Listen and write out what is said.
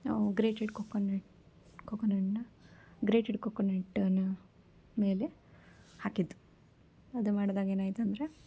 ನಾವು ಗ್ರೇಟೆಡ್ ಕೊಕೊನೆ ಕೊಕೊನೆಟನ್ನ ಗ್ರೇಟೆಡ್ ಕೊಕೊನೆಟ್ಟನ್ನು ಮೇಲೆ ಹಾಕಿದ್ದು ಅದು ಮಾಡ್ದಾಗ ಏನಾಯ್ತು ಅಂದರೆ